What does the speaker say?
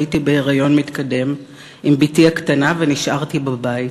הייתי בהיריון מתקדם עם בתי הקטנה ונשארתי בבית.